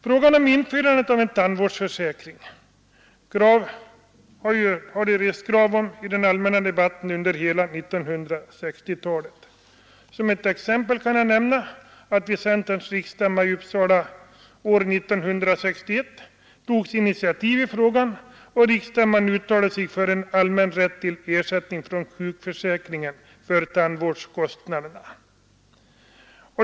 Krav på införande av en tandvårdsförsäkring har rests under hela 1960-talet. Som ett exempel kan nämnas att man på centerns riksstämma i Uppsala år 1961 tog initiativ till detta och att riksstämman uttalade sig för en allmän rätt till ersättning från sjukförsäkringen för tandvårdskostnaderna.